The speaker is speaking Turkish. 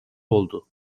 oldu